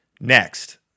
Next